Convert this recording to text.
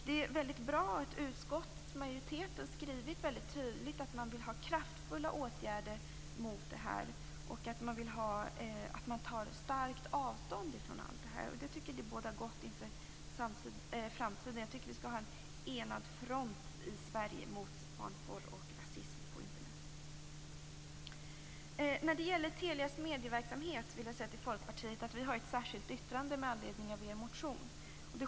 Det är mycket bra att utskottsmajoriteten väldigt tydligt har skrivit att man vill ha kraftfulla åtgärder mot det här och att man vill att det tas starkt avstånd från allt detta. Det bådar gott inför framtiden. Jag tycker att vi skall ha en enad front i Sverige mot barnporr och rasism på Internet. När det gäller Telias medieverksamhet vill jag säga till Folkpartiet att vi har ett särskilt yttrande med anledning av er motion.